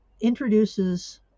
introduces